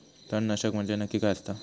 तणनाशक म्हंजे नक्की काय असता?